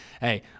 hey